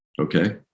okay